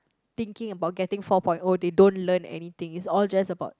thinking about getting four point oh they don't learn anything it's all just about